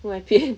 另外一边